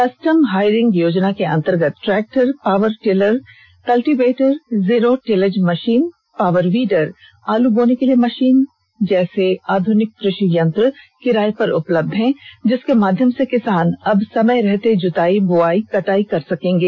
custom hiring योजना के अंतर्गत tractor power tiller cultivator zero tillage machine power weeder आलू बोने के लिए मशीन आदि जैसे आधुनिक कृषि यंत्र किराए पर उपलब्ध हैं जिसके माध्यम से किसान अब समय रहते जुताई बुवाई कटाई कर सकेंगे